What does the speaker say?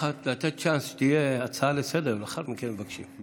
לתת צ'אנס להצעה לסדר-היום ולאחר מכן מבקשים,